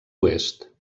oest